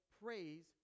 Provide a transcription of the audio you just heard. praise